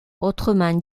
autrement